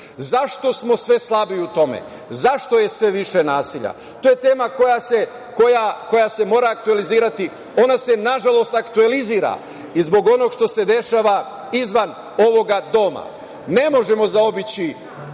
zašto smo sve slabiji u tome? Zašto je sve više nasilja? To je tema koja se mora aktuelizirati. Ona se na žalost aktuelizira i zbog onog što se dešava izvan ovog doma. Ne možemo zaobići